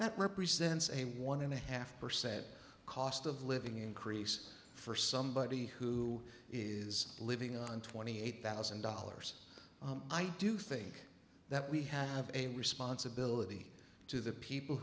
that represents a one and a half percent cost of living increase for somebody who is living on twenty eight thousand dollars i do think that we have a responsibility to the people